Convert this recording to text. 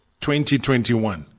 2021